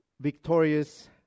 victorious